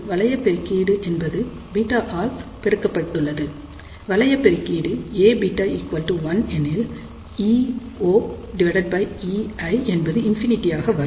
வளைய பெருக்கீடு Aβ 1 எனில் e0ei என்பது ∞ ஆக வரும்